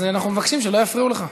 אנחנו מבקשים שלא יפריעו לך.